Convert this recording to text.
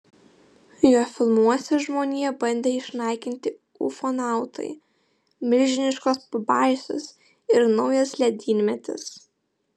jo filmuose žmoniją bandė išnaikinti ufonautai milžiniškos pabaisos ir naujas ledynmetis